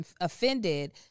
offended